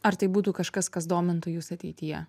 ar tai būtų kažkas kas domitų jus ateityje